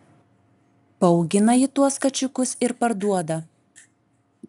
paaugina ji tuos kačiukus ir parduoda